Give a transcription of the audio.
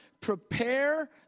prepare